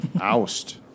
Oust